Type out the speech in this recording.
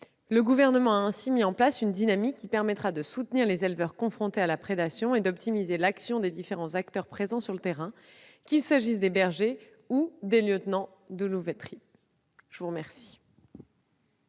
Le Gouvernement a ainsi mis en place une dynamique qui permettra de soutenir les éleveurs confrontés à la prédation et d'optimiser l'action des différents acteurs présents sur le terrain, qu'il s'agisse des bergers ou des lieutenants de louveterie.